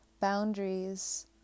boundaries